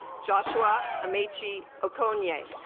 joshua amici oconee a